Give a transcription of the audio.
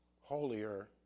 holier